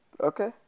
Okay